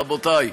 רבותי: